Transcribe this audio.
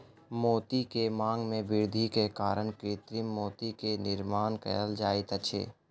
मोती के मांग में वृद्धि के कारण कृत्रिम मोती के निर्माण कयल जाइत अछि